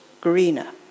greener